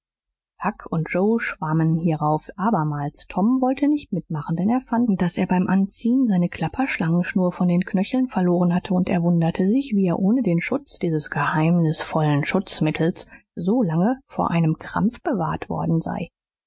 huck und joe schwammen hierauf abermals tom wollte nicht mitmachen denn er fand daß er beim anziehen seine klapperschlangenschnur von den knöcheln verloren hatte und er wunderte sich wie er ohne den schutz dieses geheimnisvollen schutzmittels so lange vor einem krampf bewahrt worden sei